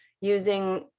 using